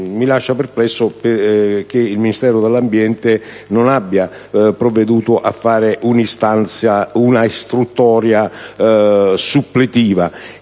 mi lascia perplesso il fatto che il Ministero dell'ambiente non abbia provveduto a fare un'istruttoria suppletiva.